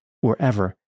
wherever